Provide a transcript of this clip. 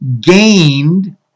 gained